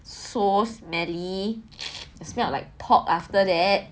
so smelly I smelt like pork after that